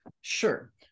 Sure